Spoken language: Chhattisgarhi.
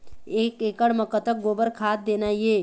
एक एकड़ म कतक गोबर खाद देना ये?